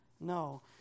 No